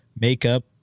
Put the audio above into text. makeup